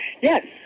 Yes